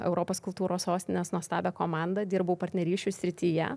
europos kultūros sostinės nuostabią komandą dirbau partnerysčių srityje